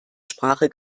sprache